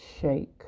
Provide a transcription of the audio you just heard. shake